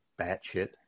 batshit